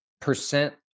percent